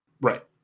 Right